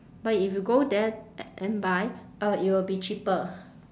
but if you go there and buy uh it will be cheaper